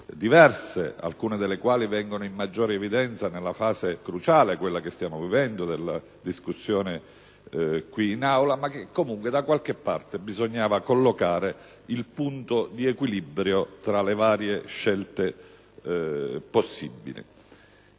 diversi, alcuni dei quali vengono in maggiore evidenza nella fase cruciale, quella della discussione in Aula. Comunque, da qualche parte bisognava collocare il punto di equilibrio tra le varie scelte possibili